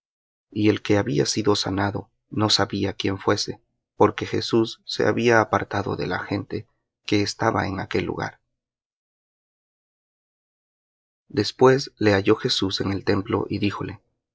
y el que había sido sanado no sabía quién fuese porque jesús se había apartado de la gente que estaba en aquel lugar después le halló jesús en el templo y díjole